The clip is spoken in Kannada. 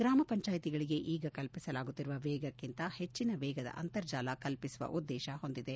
ಗ್ರಾಮಪಂಚಾಯಿತಿಗಳಿಗೆ ಈಗ ಕಲ್ಪಿಸಲಾಗುತ್ತಿರುವ ವೇಗಕ್ಕಿಂತ ಹೆಚ್ಚನ ವೇಗದ ಅಂತರ್ಜಾಲ ಕಲ್ಪಿಸುವ ಉದ್ದೇತ ಹೊಂದಿದೆ